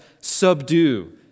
subdue